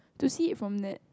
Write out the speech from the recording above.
to see it from that